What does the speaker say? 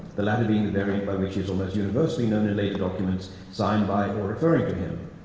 the latter being the variant by which he is almost universally known in later document signed by or referring to him.